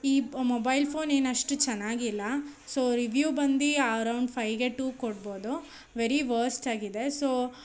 ಈ mobile phone ಏನಷ್ಟು ಚೆನ್ನಾಗಿಲ್ಲ ಸೊ ರಿವ್ಯೂ ಬಂದು ಅರೌಂಡ್ ಫೈವ್ಗೆ ಟೂ ಕೊಡ್ಬೌದು ವೆರಿ ವರ್ಸ್ಟ್ ಆಗಿದೆ ಸೊ